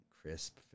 crisp